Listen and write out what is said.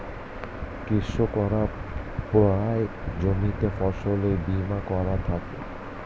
কৃষকরা প্রায়ই জমিতে ফসলের বীমা করে থাকে